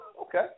Okay